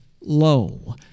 lo